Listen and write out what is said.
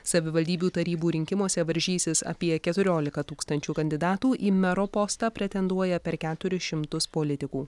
savivaldybių tarybų rinkimuose varžysis apie keturiolika tūkstančių kandidatų į mero postą pretenduoja per keturis šimtus politikų